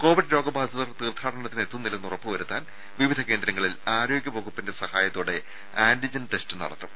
Covid രോഗബാധിതർ തീർത്ഥാടനത്തിന് എത്തുന്നില്ലെന്ന് ഉറപ്പുവരുത്താൻ വിവിധ കേന്ദ്രങ്ങളിൽ ആരോഗ്യവകുപ്പിന്റെ സഹായത്തോടെ ആന്റിജൻ ടെസ്റ്റ് നടത്തും